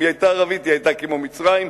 אם היא היתה ערבית היא היתה כמו מצרים,